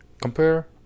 compare